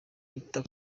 yita